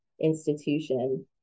institution